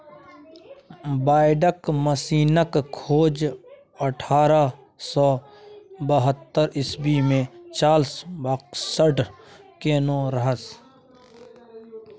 binder मशीनक खोज अठारह सय बहत्तर इस्बी मे चार्ल्स बाक्सटर केने रहय